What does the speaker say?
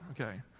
okay